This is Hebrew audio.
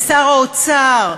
לשר האוצר,